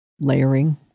layering